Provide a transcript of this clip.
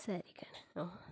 ಸರಿ ಕಣೆ ಹಾಂ